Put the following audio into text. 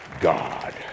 God